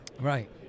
right